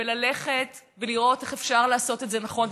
וללכת ולראות איך אפשר לעשות את זה נכון.